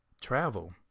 travel